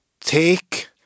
take